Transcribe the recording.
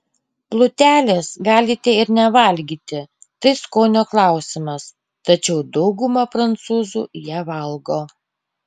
plutelės galite ir nevalgyti tai skonio klausimas tačiau dauguma prancūzų ją valgo